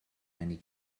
many